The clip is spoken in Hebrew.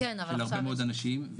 של הרבה מאוד אנשים,